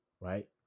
right